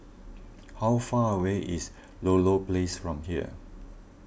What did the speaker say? how far away is Ludlow Place from here